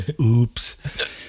Oops